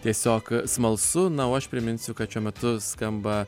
tiesiog smalsu na o aš priminsiu kad šiuo metu skamba